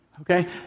Okay